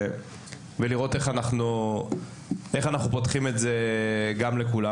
ולראות איך אנחנו פותחים את זה לכולם.